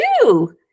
two